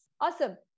Awesome